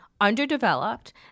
underdeveloped